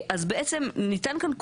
אז בעצם ניתן כאן כוח.